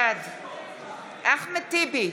בעד אחמד טיבי,